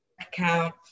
account